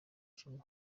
icumu